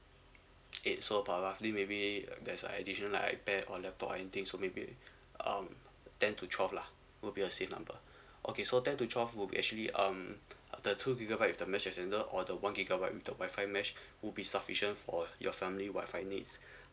okay so about roughly maybe uh there's a additional like a pair on laptop or anything so maybe um ten to twelve lah will be a safe number okay so ten to twelve will be actually um uh the two gigabyte with the mesh extender or the one gigabyte with the Wi-Fi mesh would be sufficient for your family Wi-Fi needs